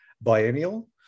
Biennial